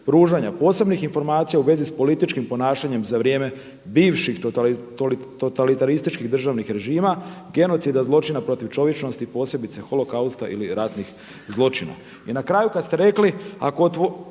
I na kraju kad ste rekli